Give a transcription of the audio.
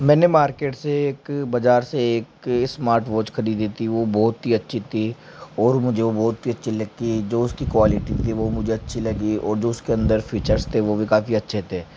मैंने मार्केट से एक बाज़ार से एक स्मार्टवोच खरीदी थी वह बहुत ही अच्छी थी और मुझे बहुत ही अच्छी लगती है जो उसकी क्वालिटी थी मुझे अच्छी लगी और जो उसके अंदर फीचर्स थे वह भी काफी अच्छे थे